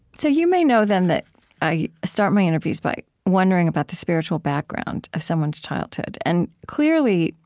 so you may know, then, that i start my interviews by wondering about the spiritual background of someone's childhood. and clearly,